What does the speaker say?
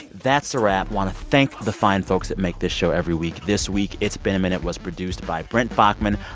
that's a wrap want to thank the fine folks that make this show every week. this week, it's been a minute was produced by brent baughman,